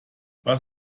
was